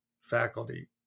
faculty